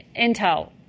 Intel